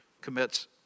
commits